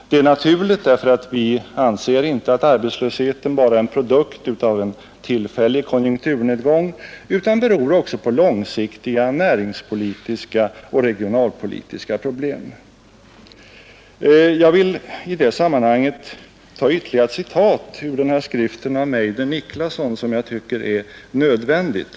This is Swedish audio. Detta är naturligt, eftersom vi inte anser att arbetslösheten bara är en produkt av en tillfällig konjunkturnedgång utan också beror på långsiktiga näringspolitiska och regionalpolitiska problem. Jag vill i det sammanhanget ta ytterligare ett citat ur boken av Meidner-Niklasson, som jag tycker är viktigt.